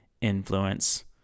influence